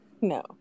No